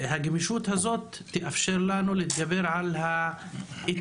הגמישות הזאת תאפשר לנו להתגבר על האתגר